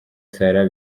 salah